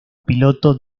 piloto